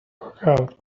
workout